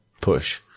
push